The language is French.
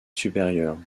supérieure